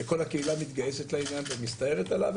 שכל הקהילה מתגייסת לעניין ומסתערת עליו,